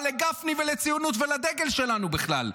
מה לגפני ולציונות ולדגל שלנו בכלל?